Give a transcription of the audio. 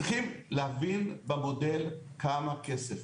צריכים להבין במודל כמה כסף.